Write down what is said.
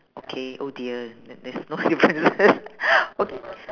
okay oh dear ther~ there's no differences o~